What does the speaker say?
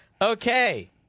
Okay